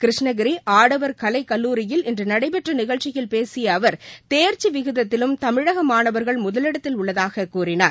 கிருஷ்ணகிரி ஆடவர் கலைக்கல்லூரியில் இன்று நடைபெற்ற நிகழ்ச்சியில் பேசிய அவர் தேர்ச்சி விகிதத்திலும் தமிழக மாணவர்கள் முதலிடத்தில் உள்ளதாகக் கூறினார்